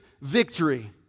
victory